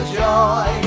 joy